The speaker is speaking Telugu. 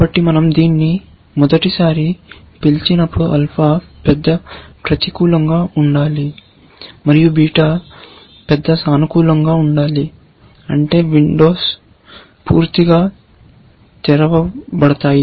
కాబట్టి మనం దీన్ని మొదటిసారి పిలిచినప్పుడు ఆల్ఫా పెద్ద ప్రతికూలంగా ఉండాలి మరియు బీటా పెద్ద సానుకూలంగా ఉండాలి అంటే విండోస్ పూర్తిగా తెరవబడతాయి